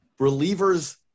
relievers